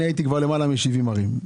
הייתי כבר ביותר מ-70 ערים.